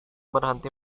berhenti